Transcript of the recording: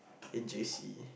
in J_C